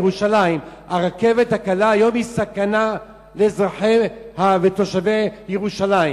בירושלים הרכבת הקלה היום היא סכנה לאזרחי ולתושבי ירושלים.